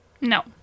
No